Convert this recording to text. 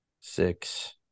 six